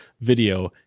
video